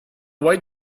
white